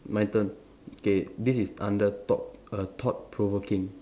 my turn okay this is under thought err thought provoking